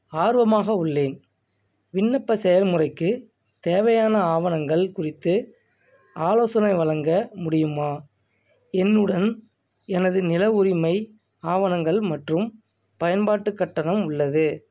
ஆர்வமாக உள்ளேன் விண்ணப்ப செயல்முறைக்கு தேவையான ஆவணங்கள் குறித்து ஆலோசனை வழங்க முடியுமா என்னுடன் எனது நில உரிமை ஆவணங்கள் மற்றும் பயன்பாட்டு கட்டணம் உள்ளது